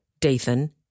Dathan